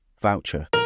voucher